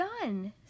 done